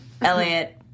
Elliot